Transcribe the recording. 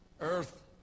earth